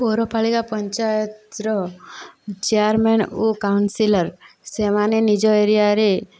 ପୌରପାଳିକା ପଞ୍ଚାୟତର ଚେୟାରମ୍ୟାନ ଓ କାଉନସିଲର ସେମାନେ ନିଜ ଏରିଆରେ